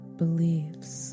beliefs